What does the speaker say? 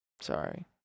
Sorry